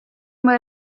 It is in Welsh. mwy